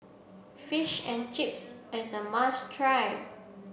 fish and Chips is a must try